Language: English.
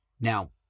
Now